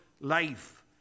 life